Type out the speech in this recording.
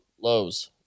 lows